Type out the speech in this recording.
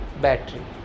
battery